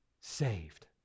saved